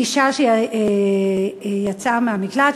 אישה שיצאה מהמקלט,